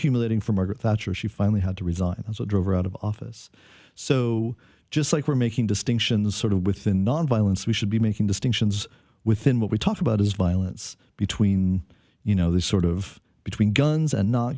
humiliating for margaret thatcher she finally had to resign and so drove her out of office so just like we're making distinctions sort of within nonviolence we should be making distinctions within what we talk about is violence between you know the sort of between guns and not